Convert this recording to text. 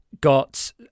got